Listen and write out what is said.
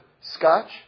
scotch